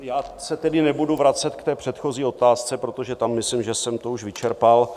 Já se tedy nebudu vracet k té předchozí otázce, protože si myslím, že jsem to už vyčerpal.